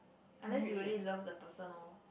unless you really love the person lor